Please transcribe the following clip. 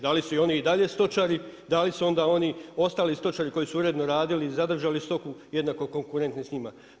Da li su oni i dalje stočari, da li su onda oni ostali stočari koji su uredno radili i zadržali stoku jednako konkurentni s njima?